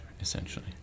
essentially